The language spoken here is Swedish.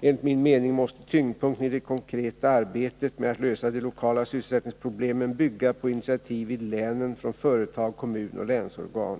Enligt min mening måste tyngdpunkten i det konkreta arbetet med att lösa de lokala sysselsättningsproblemen bygga på intitativ i länen från företag, kommun och länsorgan.